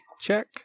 check